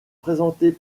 présentée